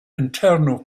internal